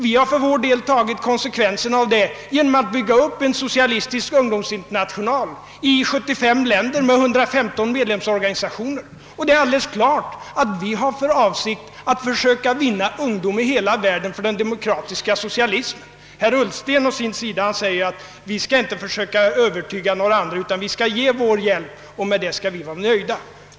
Vi har för vår del tagit konsekvenserna härvidlag genom att bygga upp en socialistisk ungdomsinternational i 75 länder med 115 medlemsorganisationer, och det är alldeles klart att vi har för avsikt att försöka vinna ungdomen i hela världen för den demokratiska socialismen. Herr Ullsten å sin sida säger att vi inte skall försöka övertyga några andra, utan vi skall ge vår hjälp, och med det skall vi vara nöjda.